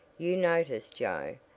you noticed joe,